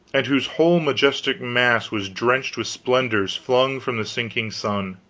and whose whole majestic mass was drenched with splendors flung from the sinking sun.